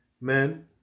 men